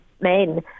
men